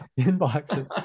inboxes